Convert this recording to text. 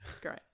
Great